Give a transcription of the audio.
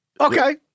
Okay